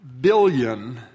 billion